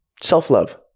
self-love